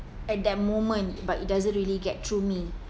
at that moment but it doesn't really get through me